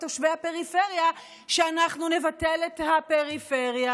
ותושבי הפריפריה שאנחנו נבטל את הפריפריה?